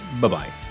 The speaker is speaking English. Bye-bye